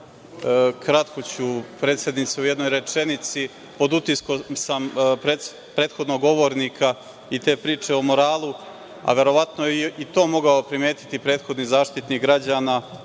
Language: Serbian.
kratko ću, predsednice, u jednoj rečenici, pod utiskom sam prethodnog govornika i te priče o moralu, a verovatno je i to mogao primetiti prethodni Zaštitnik građana,